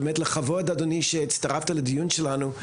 לכבוד, אדוני, שהצטרפת לדיון שלנו.